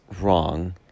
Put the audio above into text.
wrong